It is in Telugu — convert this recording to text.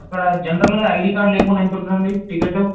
అక్కడ జనరల్గా ఐడి కార్డు లేకుండా ఎంతుంటుందండి టికెట్టు